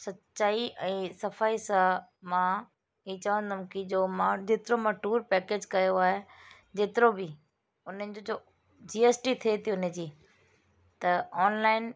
सच्चाई ऐं सफ़ाई सां मां ही चवदमि की जो मां जेतिरो मां टूर पैकेज कयो आहे जेतिरो बि उन्हनि जे जो जी एस टी थिए थी हुनजी त ऑनलाइन